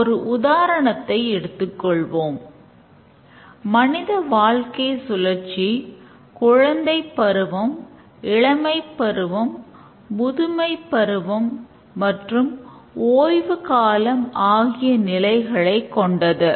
ஒரு உதாரணத்தை எடுத்துக்கொள்வோம் மனித வாழ்க்கை சுழற்சி குழந்தைப்பருவம் இளமைப்பருவம் முதுமைப் பருவம் மற்றும் ஓய்வுக் காலம் ஆகிய நிலைகளைக் கொண்டது